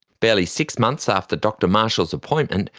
barely six months after dr marshall's appointment,